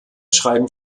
schreiben